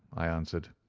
i answered.